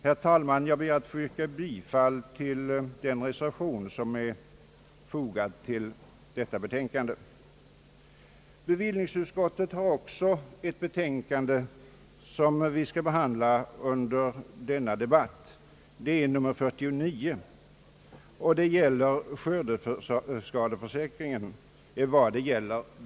Vi skall också i detta sammanhang behandla bevillningsutskottets betänkande nr 49 som gäller beskattningen i samband med att skördeskadeförsäkring utfaller.